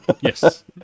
Yes